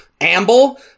amble